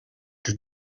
the